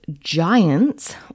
giants